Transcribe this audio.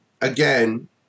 again